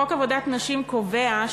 חוק עבודת נשים קובע,